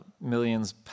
millions